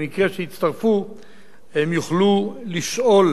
במקרה שיצטרפו הם יוכלו לשאול